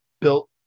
built